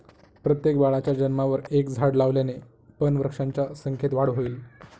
प्रत्येक बाळाच्या जन्मावर एक झाड लावल्याने पण वृक्षांच्या संख्येत वाढ होईल